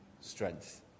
strength